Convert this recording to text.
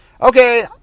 Okay